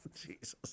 Jesus